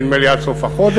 נדמה לי עד סוף החודש,